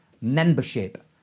membership